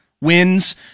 wins